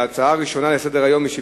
ההצעות הראשונות לסדר-היום הן בנושא